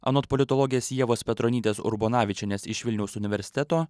anot politologės ievos petronytės urbonavičienės iš vilniaus universiteto